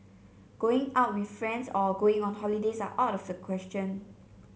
going out with friends or going on holidays are out of the question